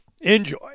Enjoy